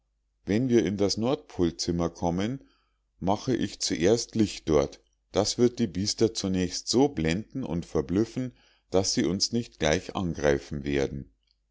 wenn wir in das nordpolzimmer kommen mache ich zuerst licht dort das wird die biester zunächst so blenden und verblüffen daß sie uns nicht gleich angreifen werden